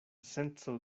senco